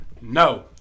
No